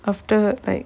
after like